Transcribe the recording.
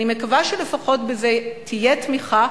אני מקווה שלפחות בזה תהיה תמיכה,